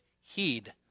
heed